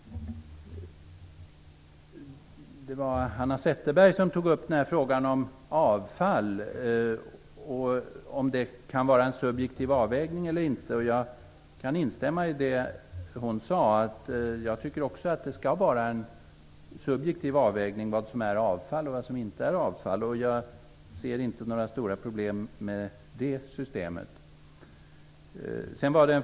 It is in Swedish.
Hanna Zetterberg tog upp frågan om avfall, och huruvida man kan göra en subjektiv avvägning eller inte. Jag kan instämma i det som hon sade. Jag tycker också att det skall göras en subjektiv avvägning av vad som är avfall eller inte. Jag ser inte några stora problem med det systemet.